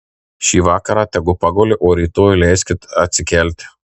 šį vakarą tegu paguli o rytoj leiskit atsikelti